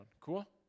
Cool